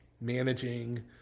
managing